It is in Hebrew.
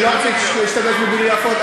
אני לא רוצה להשתמש במילים לא יפות.